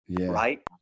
right